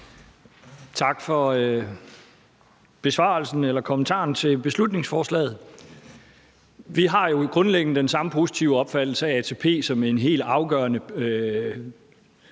Tak for kommentaren til beslutningsforslaget. Vi har jo grundlæggende den samme positive opfattelse af ATP som en helt afgørende